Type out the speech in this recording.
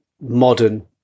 modern